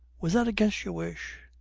was that against your wish?